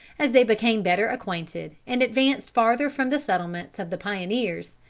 as they became better acquainted, and advanced farther from the settlements of the pioneers,